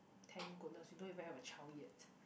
thank goodness we don't even have a child yet